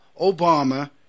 Obama